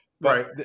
right